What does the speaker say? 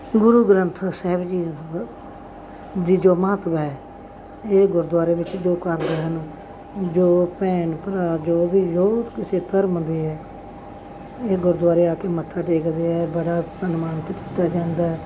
ਗੁਰੂ ਗ੍ਰੰਥ ਸਾਹਿਬ ਜੀ ਜੇ ਜੋ ਮਹੱਤਵ ਹੈ ਇਹ ਗੁਰਦੁਆਰੇ ਵਿੱਚ ਜੋ ਕਰਦੇ ਹਨ ਜੋ ਭੈਣ ਭਰਾ ਜੋ ਵੀ ਲੋਕ ਕਿਸੇ ਧਰਮ ਦੇ ਹੈ ਇਹ ਗੁਰਦੁਆਰੇ ਆ ਕੇ ਮੱਥਾ ਟੇਕਦੇ ਹੈ ਬੜਾ ਸਨਮਾਨਿਤ ਕੀਤਾ ਜਾਂਦਾ ਹੈ